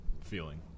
feeling